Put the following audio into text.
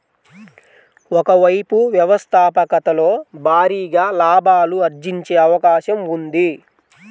ఒక వైపు వ్యవస్థాపకతలో భారీగా లాభాలు ఆర్జించే అవకాశం ఉంది